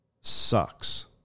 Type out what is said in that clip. sucks